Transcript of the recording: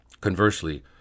Conversely